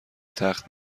تخت